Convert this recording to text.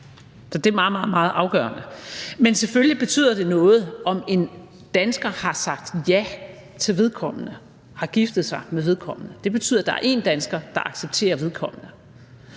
Så det er meget, meget afgørende. Men selvfølgelig betyder det noget, om en dansker har sagt ja til vedkommende, altså har giftet sig med vedkommende. Det betyder, at der er én dansker, der accepterer vedkommende.